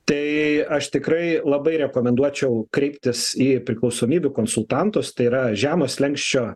tai aš tikrai labai rekomenduočiau kreiptis į priklausomybių konsultantus tai yra žemo slenksčio